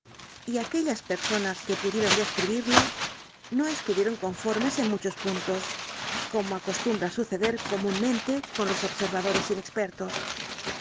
y aquellas personas que el caso del asesino de cakew pudieron describirlo no estuvieron conformes en muchos puntos como acostumbra suceder comunmente con los observadores inexpertos